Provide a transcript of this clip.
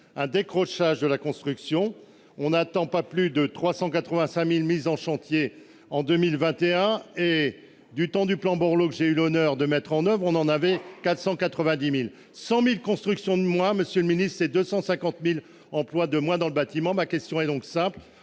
un décrochage de la construction. On n'attend pas plus de 385 000 mises en chantier en 2021. Du temps du plan Borloo, que j'ai eu l'honneur de mettre en oeuvre, il y en avait 490 000 ! Or 100 000 constructions de moins, c'est 250 000 emplois de moins dans le bâtiment. Monsieur le